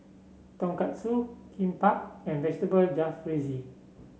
Tonkatsu Kimbap and Vegetable Jalfrezi